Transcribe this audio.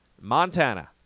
Montana